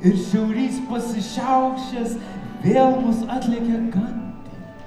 ir šiaurys pasišiaušęs vėl mus atlekia gandint